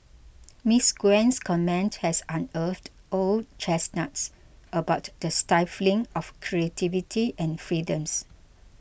Ms Gwen's comment has unearthed old chestnuts about the stifling of creativity and freedoms